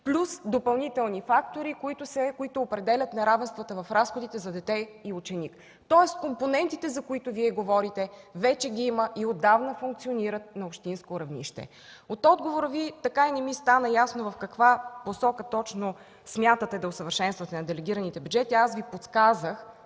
плюс допълнителни фактори, които определят неравенствата в разходите за дете и ученик. Тоест компонентите, за които Вие говорите, вече ги има и отдавна функционират на общинско равнище. От отговора Ви така и не ми стана ясно в каква посока смятате да усъвършенствате делегираните бюджети. Аз Ви подсказах